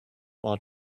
while